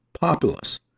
populace